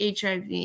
hiv